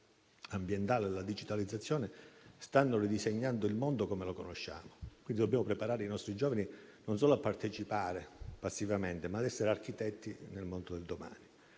ambientale e la digitalizzazione stanno ridisegnando il mondo come lo conosciamo, quindi dobbiamo preparare i nostri giovani non solo a partecipare passivamente, ma ad essere architetti nel mondo del domani.